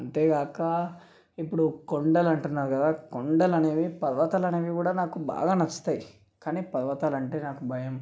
అంతేకాక ఇప్పుడు కొండలంటున్నారు కదా కొండలనేవి పర్వతాలనేవి గూడా నాకు బాగా నచ్చుతాయి కానీ పర్వతాలంటే నాకు భయం